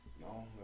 No